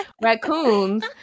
raccoons